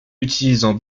utilisant